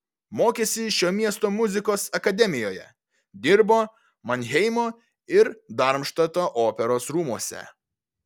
mokėsi šio miesto muzikos akademijoje dirbo manheimo ir darmštato operos rūmuose